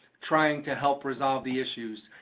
trying to help resolve the issues.